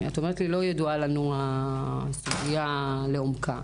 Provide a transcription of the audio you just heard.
את אומרת שהסוגיה לא ידועה לכם לעומקה.